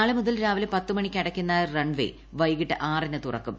നാളെ മുതൽ രാവിലെ പത്തുമണിക്ക് അടയ്ക്കുന്ന റൺവേ ഉെവകിട്ട് ആറിന് തുറക്കും